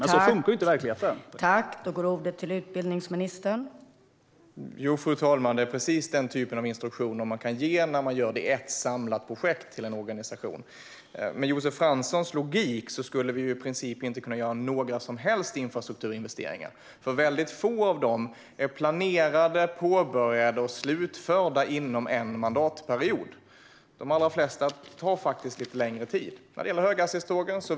Så funkar det inte i verkligheten.